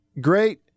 great